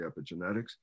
epigenetics